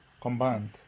combined